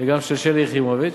וגם של שלי יחימוביץ,